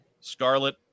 Scarlet